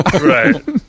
Right